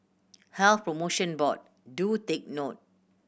Health Promotion Board do take note